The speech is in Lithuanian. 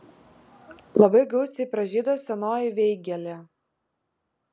labai gausiai pražydo senoji veigelė